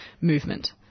movement